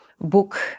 book